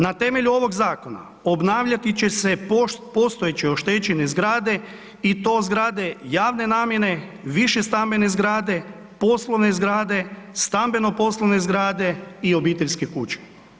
Na temelju ovoga zakona obnavljati će se postojeće oštećene zgrade i to zgrade javne namjene, višestambene zgrade poslovne zgrade, stambeno poslovne zgrade i obiteljske kuće.